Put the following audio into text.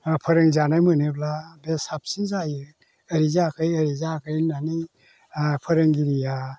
फोरोंजानो मोनोब्ला बे साबसिन जायो ओरै जायाखै ओरै जायाखै होननानै फोरोंगिरिया